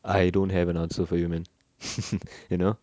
I don't have an answer for you man you know